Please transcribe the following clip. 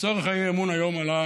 לצורך האי-אמון היום עלה